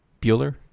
Bueller